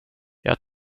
jag